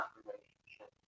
relationship